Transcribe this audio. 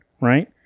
right